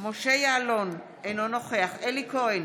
משה יעלון, אינו נוכח אלי כהן,